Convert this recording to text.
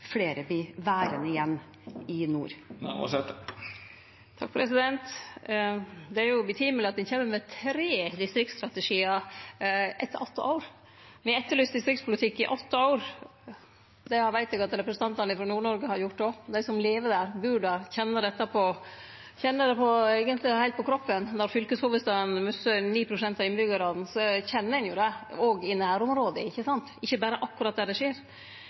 flere blir værende hjemme i nord. Det er jo betimelig at de kjem med tre distriktsstrategiar etter åtte år. Me har etterlyst distriktspolitikk i åtte år. Det veit eg at representantane frå Nord-Noreg har gjort òg, dei som lever der, bur der, kjenner det på kroppen. Når fylkeshovudstaden missar 9 pst. av innbyggjarane, kjenner ein jo det – òg i nærområdet, ikkje sant, og ikkje berre akkurat der det skjer.